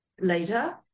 later